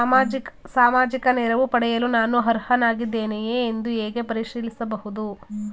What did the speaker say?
ಸಾಮಾಜಿಕ ನೆರವು ಪಡೆಯಲು ನಾನು ಅರ್ಹನಾಗಿದ್ದೇನೆಯೇ ಎಂದು ಹೇಗೆ ಪರಿಶೀಲಿಸಬಹುದು?